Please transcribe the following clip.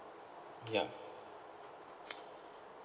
ya